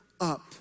up